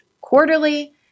quarterly